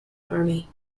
army